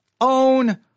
own